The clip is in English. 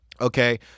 Okay